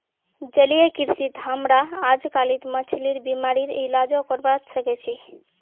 जलीय कृषित हमरा अजकालित मछलिर बीमारिर इलाजो करवा सख छि